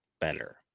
better